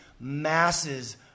masses